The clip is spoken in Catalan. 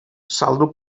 saldo